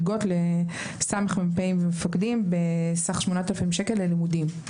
מלגות לסמ"פ ומפקדים בסך של 8,000 שקל ללימודים.